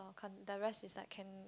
and the rest is like can